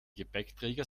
gepäckträger